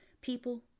people